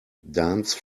dance